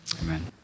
Amen